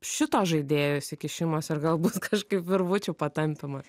šito žaidėjo įsikišimas ir galbūt kažkaip virvučių patampymas